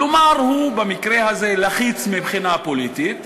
כלומר, במקרה הזה הוא לחיץ מבחינה פוליטית.